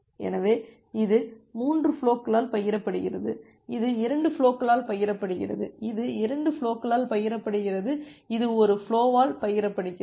எனவே இது 3 ஃபுலோகளால் பகிரப்படுகிறது இது 2 ஃபுலோகளால் பகிரப்படுகிறது இது 2 ஃபுலோகளால் பகிரப்படுகிறது இது ஒரு ஃபுலோவால் பகிரப்படுகிறது